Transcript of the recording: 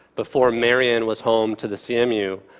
before marion was home to the cmu,